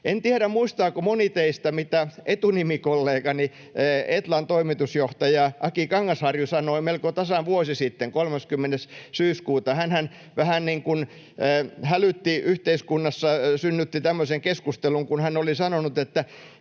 En tiedä, muistaako moni teistä, mitä etunimikollegani, Etlan toimitusjohtaja Aki Kangasharju, sanoi melko tasan vuosi sitten, 30. syyskuuta. Hänhän vähän niin kuin synnytti yhteiskunnassa tämmöisen keskustelun, kun hän oli sanonut, että